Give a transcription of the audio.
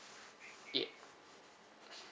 ya